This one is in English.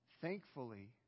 Thankfully